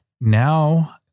now